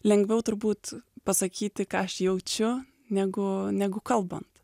lengviau turbūt pasakyti ką aš jaučiu negu negu kalbant